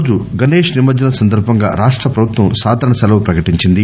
ఈ రోజు గణేష్ నిమజ్జనం సందర్బంగా రాష్ట ప్రభుత్వం సాధారణ సెలవు ప్రకటించింది